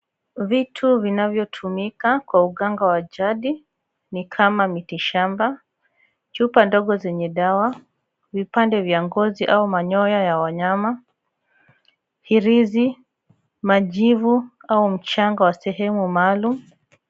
Vitu vinavyotumika Kwa uganga wa jadi ni kama miti shamba ,chupa ndogo zenye dawa, vipande vya ngozi ama manyoya ya wanyama, hirizi, majivu au mchanga wa sehemu maalum.